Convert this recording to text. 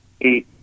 eight